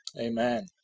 Amen